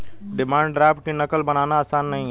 demand draft की नक़ल बनाना आसान नहीं है